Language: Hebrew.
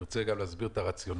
ואני רוצה להסביר את הרציונל.